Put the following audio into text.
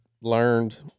learned